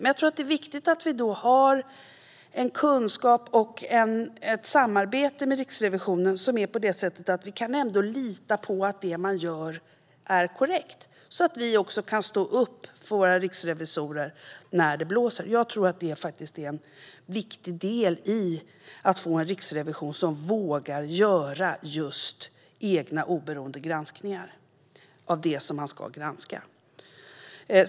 Men jag tror att det är viktigt att vi har en kunskap om och ett samarbete med Riksrevisionen som gör att vi kan lita på att det som görs är korrekt. Då kan vi också stå upp för våra riksrevisorer när det blåser. Det är en viktig del i att få en riksrevision som vågar göra egna oberoende granskningar av det som man ska granska.